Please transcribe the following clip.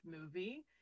movie